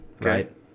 right